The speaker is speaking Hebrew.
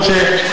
יכול מאוד להיות,